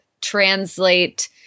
translate